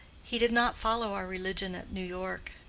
he did not follow our religion at new york,